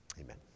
Amen